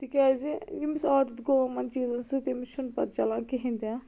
تِکیٛازِ ییٚمِس عادت گوٚو یِمن چیٖزن سۭتۍ تٔمِس چھُنہٕ پتہٕ چَلان کِہیٖنۍ تہِ نہٕ